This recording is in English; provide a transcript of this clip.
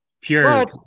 pure